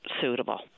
suitable